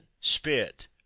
spit